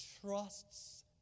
trusts